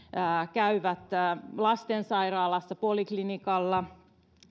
käyvät lastensairaalassa poliklinikalla